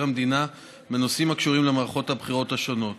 המדינה בנושאים הקשורים למערכות הבחירות השונות